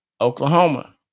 Oklahoma